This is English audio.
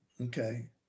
Okay